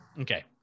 okay